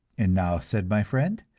and now, said my friend,